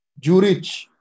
Jurich